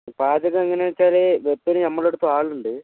പാചകം എങ്ങനെയാണ് വച്ചാൽ വെപ്പിന് നമ്മളെ അടുത്തും ആളുണ്ട്